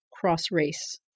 cross-race